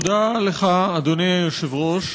תודה לך, אדוני היושב-ראש.